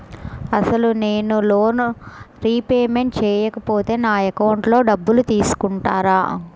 అసలు నేనూ loan repayment చేయకపోతే నా అకౌంట్లో డబ్బులు తీసుకుంటారా?